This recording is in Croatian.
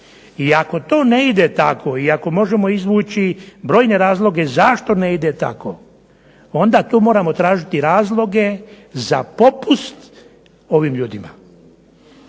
I ako to ne ide tako i ako možemo izvući brojne razloge zašto ne ide tako, onda tu moramo tražiti razloge za popust ovim ljudima.